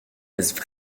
laisse